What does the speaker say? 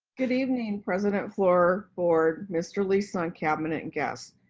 good evening president flour, board, mr. lee-sung, cabinet and guests.